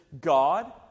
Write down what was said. God